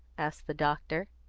asked the doctor.